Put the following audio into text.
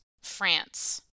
France